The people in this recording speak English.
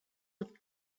with